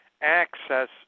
access